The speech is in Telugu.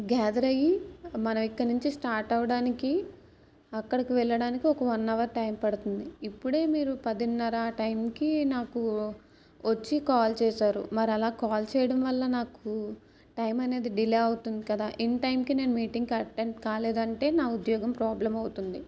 గ్యాదర్ అయ్యి మనం ఇక్కడి నుంచి స్టార్ట్ అవ్వడానికి అక్కడికి వెళ్ళడానికి ఒక వన్ అవర్ టైం పడుతుంది ఇప్పుడే మీరు పదిన్నారా ఆ టైం కి నాకు వచ్చి కాల్ చేశారు మరి అలా కాల్ చేయడం వల్ల నాకు టైం అనేది డిలే అవుతుంది కదా ఇన్ టైంకి నేను మీటింగ్కి అటెండ్ కాలేదంటే నా ఉద్యోగం ప్రాబ్లమ్ అవుతుంది